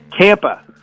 Tampa